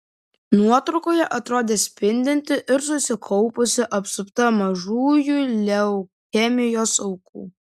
nuotraukoje atrodė spindinti ir susikaupusi apsupta mažųjų leukemijos aukų